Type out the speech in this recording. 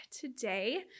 today